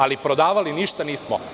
Ali, prodavali ništa nismo.